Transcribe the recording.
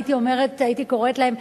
הייתי קוראת להן,